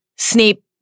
Snape